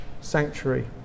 sanctuary